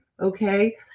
okay